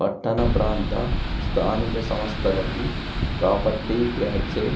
పట్టణ ప్రాంత స్థానిక సంస్థలకి ప్రాపర్టీ ట్యాక్సే